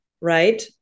right